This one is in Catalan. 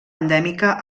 endèmica